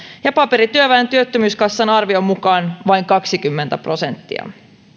ja paperityöväen työttömyyskassan arvion mukaan vain kaksikymmentä prosenttia